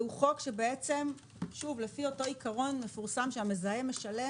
והוא חוק שלפי עיקרון מפורסם: המזהם משלם